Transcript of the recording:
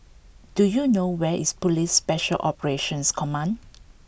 do you know where is Police Special Operations Command